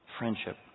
friendship